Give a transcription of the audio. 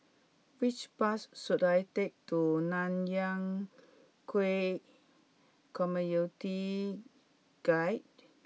which bus should I take to Nanyang Khek Community Guild